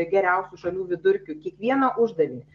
geriausių šalių vidurkiu kiekvieną uždavinį